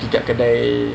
no lah